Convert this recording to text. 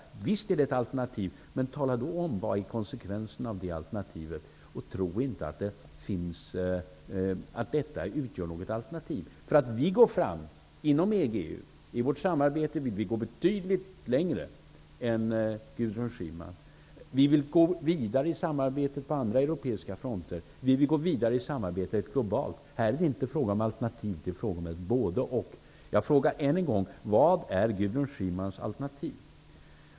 Visst är det ett alternativ, men tala då om vad som blir konsekvensen av det alternativet. Tro inte att detta utgör något alternativ för oss. Vi går fram inom EG/EU i vårt samarbete, men vi går betydligt längre än Gudrun Schyman. Vi vill gå vidare i samarbetet på andra europeiska fronter. Vi vill gå vidare i samarbetet globalt. Här är det inte fråga om alternativ, det är fråga om ett både -- och. Jag frågar än en gång: Vad är Gudrun Schymans alternativ?